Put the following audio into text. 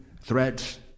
threats